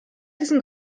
diesen